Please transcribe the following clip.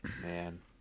man